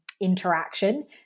interaction